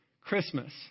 Christmas